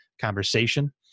conversation